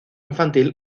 infantil